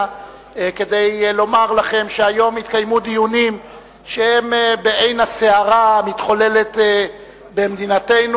כדי לומר לכם שהיום יתקיימו דיונים שהם בעין הסערה המתחוללת במדינתנו,